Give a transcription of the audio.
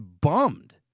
bummed